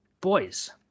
Boys